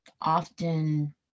often